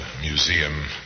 museum